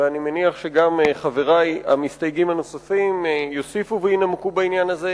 ואני מניח שגם חברי המסתייגים הנוספים יוסיפו וינמקו בעניין הזה